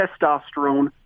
testosterone